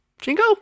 jingo